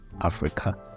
Africa